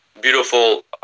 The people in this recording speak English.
beautiful